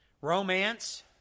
romance